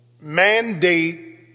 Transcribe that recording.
mandate